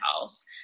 house